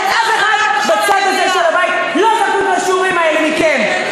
ואף אחד בצד הזה של הבית לא זקוק לשיעורים האלה מכם.